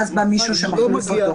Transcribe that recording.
ואז בא מישהו שמחליף אותו.